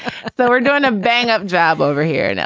so we're doing a bang up job over here in. yeah